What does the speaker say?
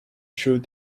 shoot